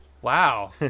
Wow